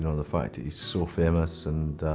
you know the fact that he's so famous, and.